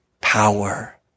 Power